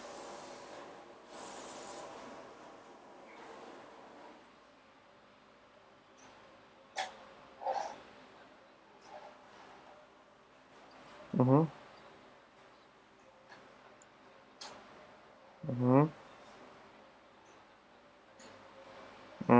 mmhmm mmhmm mm